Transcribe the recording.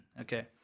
Okay